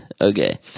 Okay